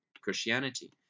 Christianity